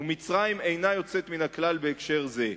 ומצרים אינה יוצאת מן הכלל בהקשר זה.